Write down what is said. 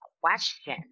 question